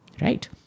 right